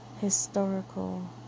historical